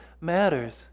matters